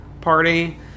party